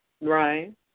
Right